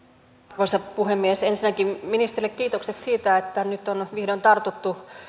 arvoisa puhemies ensinnäkin ministerille kiitokset siitä että nyt on vihdoin tartuttu